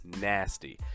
nasty